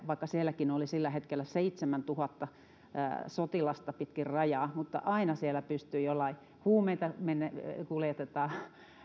vaikka sielläkin oli sillä hetkellä seitsemäntuhatta sotilasta pitkin rajaa niin aina siellä pystyy jollain huumeita kuljetetaan